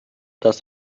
das